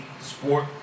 Sport